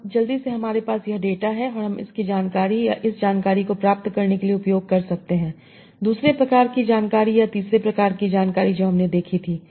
अब जल्दी से हमारे पास यह डेटा है और हम इस जानकारी या इस जानकारी को प्राप्त करने के लिए उपयोग कर सकते हैं दूसरे प्रकार की जानकारी या तीसरे प्रकार की जानकारी जो हमने देखी थी